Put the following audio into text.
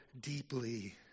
deeply